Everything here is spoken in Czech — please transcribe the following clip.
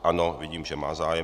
Ano, vidím, že má zájem.